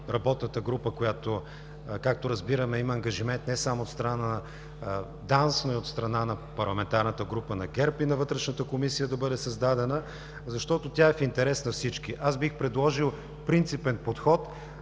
работната група, която, както разбираме, има ангажимент не само от страна на ДАНС, но и от страна на парламентарната група на ГЕРБ и на Вътрешната комисия да бъде създадена, защото тя е в интерес на всички. Аз бих предложил принципен подход